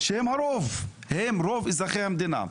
שהם הרוב, הם רוב אזרחי המדינה,